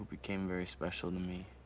became very special to me,